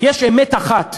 יש אמת אחת,